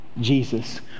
Jesus